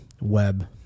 web